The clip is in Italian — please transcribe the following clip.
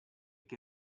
che